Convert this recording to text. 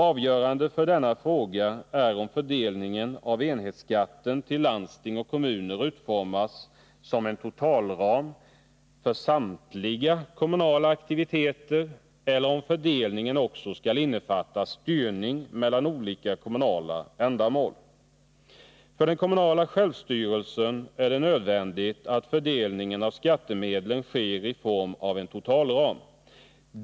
Avgörande för denna fråga är om fördelningen av enhetsskatten till landsting och kommuner utformas som en totalram för samtliga kommunala aktiviteter eller om fördelningen också skall innefatta styrning mellan olika kommunala ändamål. För den kommunala självstyrelsen är det nödvändigt att fördelningen av skattemedlen sker i form av en totalram.